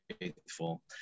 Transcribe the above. faithful